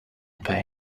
pay